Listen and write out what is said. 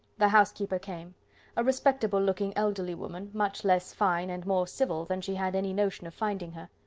the housekeeper came a respectable-looking elderly woman, much less fine, and more civil, than she had any notion of finding her.